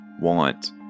want